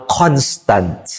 constant